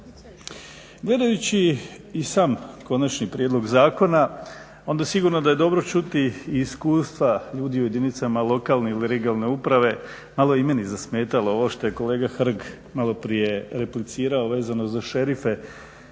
Gledajući i sam konačni prijedlog zakona onda sigurno da je dobro čuti iskustva ljudi u jedinicama lokalne ili regionalne uprave. Malo je i meni zasmetalo ovo što je kolega Hrg maloprije replicirao vezano za šerife.